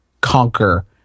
conquer